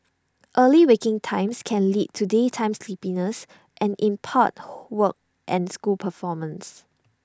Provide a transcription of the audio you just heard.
early waking times can lead to daytime sleepiness and in part work and school performance